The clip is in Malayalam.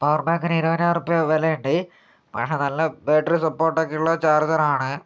പവർബാങ്കിന് ഇരുപതിനായിരം ഉറുപ്പിയ വിലയുണ്ട് പക്ഷേ നല്ല ബാറ്ററി സപ്പോർട്ടൊക്കെയുള്ള ചാർജറാണ്